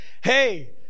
Hey